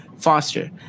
Foster